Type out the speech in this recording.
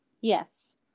Yes